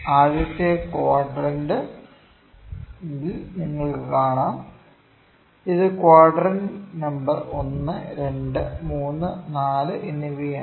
ആദ്യത്തെ ക്വാഡ്രന്റിൽ നിങ്ങൾക്ക് കാണാം ഇത് ക്വാർട്ടർ നമ്പർ 1 2 3 4 എന്നിവയാണ്